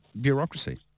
bureaucracy